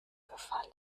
gefallen